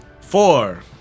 Four